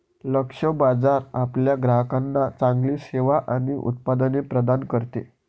लक्ष्य बाजार आपल्या ग्राहकांना चांगली सेवा आणि उत्पादने प्रदान करते